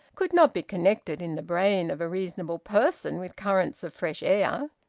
could not be connected, in the brain of a reasonable person, with currents of fresh air.